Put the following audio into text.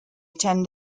attend